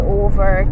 over